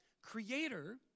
Creator